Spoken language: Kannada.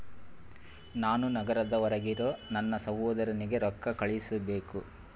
ನಾನು ನಗರದ ಹೊರಗಿರೋ ನನ್ನ ಸಹೋದರನಿಗೆ ರೊಕ್ಕ ಕಳುಹಿಸಬೇಕು